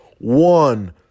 one